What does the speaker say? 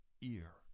ear